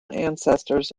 ancestors